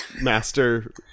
master